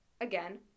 again